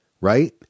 right